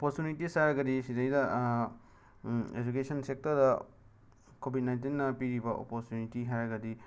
opportunities ꯍꯥꯏꯔꯒꯗꯤ ꯁꯤꯗꯩꯗ education ꯁꯦꯛꯇꯔꯗ ꯀꯣꯕꯤꯠ ꯅꯥꯏꯟꯇꯤꯟꯅ ꯄꯤꯔꯤꯕ ꯑꯣꯄꯣꯔꯆꯨꯅꯤꯇꯤ ꯍꯥꯏꯔꯒꯗꯤ